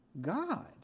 God